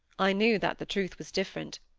i knew that the truth was different,